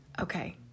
Okay